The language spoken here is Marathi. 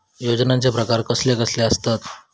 योजनांचे प्रकार कसले कसले असतत?